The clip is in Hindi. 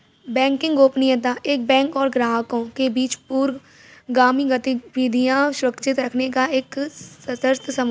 बैंकिंग गोपनीयता एक बैंक और ग्राहकों के बीच पूर्वगामी गतिविधियां सुरक्षित रखने का एक सशर्त समझौता है